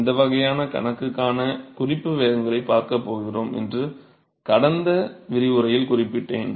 இந்த வகையான கணக்குக்கான குறிப்பு வேகங்களைப் பார்க்கப் போகிறோம் என்று கடந்த விரிவுரையில் குறிப்பிட்டேன்